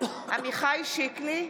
עמיחי שיקלי,